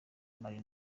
mali